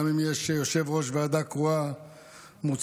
גם אם יש יושב-ראש ועדה קרואה מוצלח,